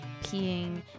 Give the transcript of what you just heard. peeing